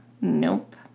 Nope